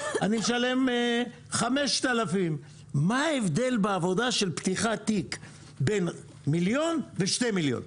אני משלם 5,000. מה ההבדל בעבודה של פתיחת תיק בין מיליון ל-2 מיליון?